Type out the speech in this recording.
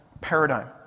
paradigm